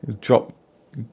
drop